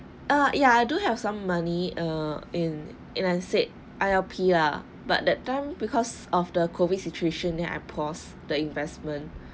err yeah I do have some money err in in I said I_I_P_R but that time because of the COVID situation then I pause the investment